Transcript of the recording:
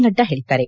ನಡ್ಡಾ ಹೇಳಿದ್ದಾರೆ